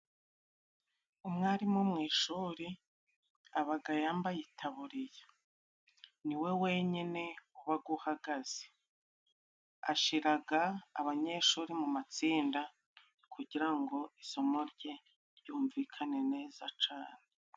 Umwarimu mu ishuri abaga yambaye itaburiya. Ni we wenyine ubaga uhagaze. Ashiraga abanyeshuri mu matsinda kugira ngo isomo rye ryumvikane neza cane.